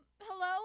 hello